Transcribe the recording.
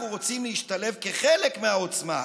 אנחנו רוצים להשתלב כחלק מהעוצמה.